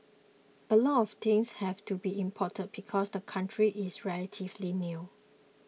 a lot of things have to be imported because the country is relatively new